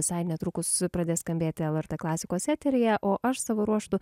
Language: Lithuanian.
visai netrukus pradės skambėti lrt klasikos eteryje o aš savo ruožtu